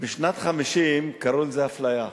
בשנת 1950 קראו לזה אפליה.